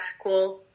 school